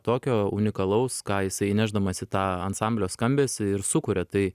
tokio unikalaus ką jisai įnešdamas į tą ansamblio skambesį ir sukuria tai